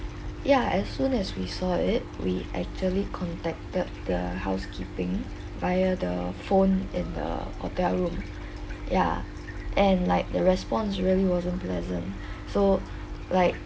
ya as soon as we saw it we actually contacted the housekeeping via the phone in the hotel room ya and like the response really wasn't pleasant so like